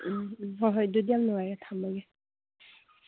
ꯎꯝ ꯎꯝ ꯍꯣꯏ ꯍꯣꯏ ꯑꯗꯨꯗꯤ ꯌꯥꯝ ꯅꯨꯡꯉꯥꯏꯔꯦ ꯊꯝꯃꯒꯦ